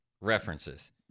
references